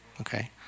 okay